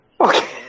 Okay